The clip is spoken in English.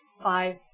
five